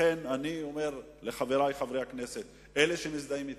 לכן אני אומר לחברי חברי הכנסת, אלה שמזדהים אתנו,